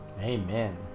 Amen